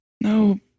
No